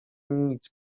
nic